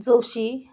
Joshi